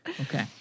Okay